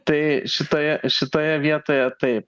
tai šitoje šitoje vietoje taip